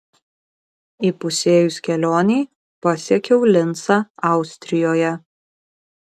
įpusėjus kelionei pasiekiau lincą austrijoje